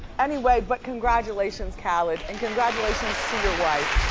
anyway, but congratulations, khalid, and congratulations to your wife.